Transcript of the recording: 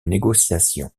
négociation